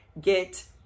get